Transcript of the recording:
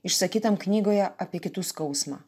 išsakytam knygoje apie kitų skausmą